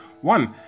One